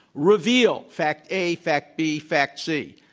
reveal fact a, fact b, fact c.